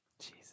Jesus